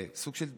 סוג של תחרות.